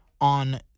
on